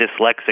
dyslexic